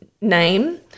name